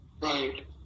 Right